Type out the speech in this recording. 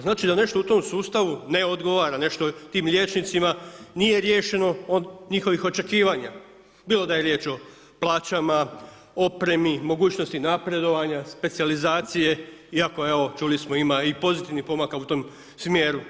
znači da u tom sustavu ne odgovara nešto tim liječnicima nije riješeno od njihovih očekivanja, bilo da je riječ o plaćama, opremi, mogućnosti napredovanja, specijalizacije iako evo, čuli smo ima i pozitivnih pomaka u tom smjeru.